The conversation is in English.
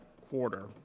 quarter